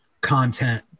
content